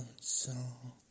song